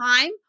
time